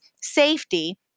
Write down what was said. safety